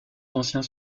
anciens